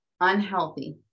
unhealthy